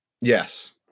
Yes